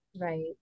right